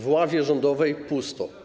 W ławie rządowej pusto.